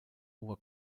over